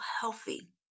healthy